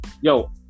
yo